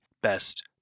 best